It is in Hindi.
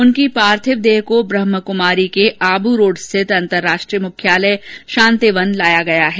उनकी पार्थिव देह को ब्रह्माकमारी के आबू रोड स्थित अंतरराष्ट्रीय मुख्यालय शांतिवन लाया गया है